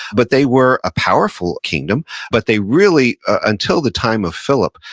but they were a powerful kingdom, but they really, until the time of philip,